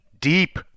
deep